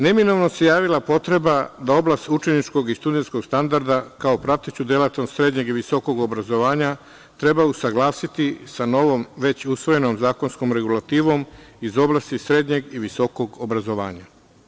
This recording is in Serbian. Neminovno se javila potreba da oblast učeničkog i studentskog standarda kao prateću delatnost srednjeg i visokog obrazovanja treba usaglasiti sa novom već usvojenom zakonskom regulativom iz oblasti srednjeg i visokog obrazovanja.